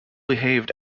behaved